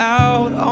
out